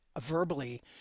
verbally